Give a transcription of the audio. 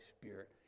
Spirit